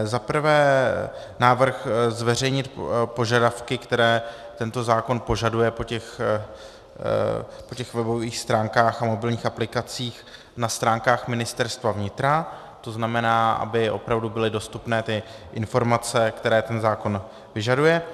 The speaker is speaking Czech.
Zaprvé návrh zveřejnit požadavky, které tento zákon požaduje po těch webových stránkách a mobilních aplikacích, na stránkách Ministerstva vnitra, to znamená, aby opravdu byly dostupné ty informace, které ten zákon vyžaduje.